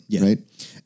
right